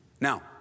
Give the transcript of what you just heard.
Now